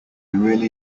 really